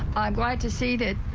i'm glad to see that.